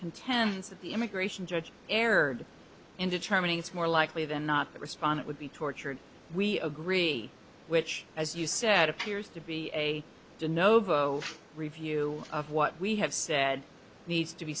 the immigration judge erred in determining it's more likely than not respond it would be tortured we agree which as you said appears to be a novo review of what we have said needs to be